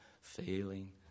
Failing